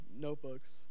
notebooks